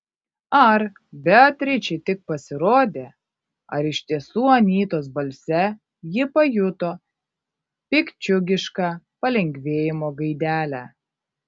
ar beatričei tik pasirodė ar iš tiesų anytos balse ji pajuto piktdžiugišką palengvėjimo gaidelę